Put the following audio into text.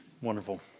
Wonderful